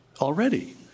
already